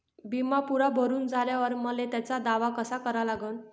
बिमा पुरा भरून झाल्यावर मले त्याचा दावा कसा करा लागन?